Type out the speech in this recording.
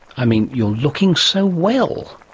i mean, you're looking so well!